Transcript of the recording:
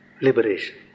liberation